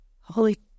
Holy